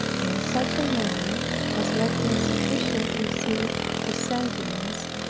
and in such a manner as let me sufficiently see his sentiments,